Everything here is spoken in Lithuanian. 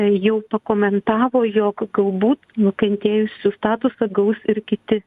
jau pakomentavo jog galbūt nukentėjusių statusą gaus ir kiti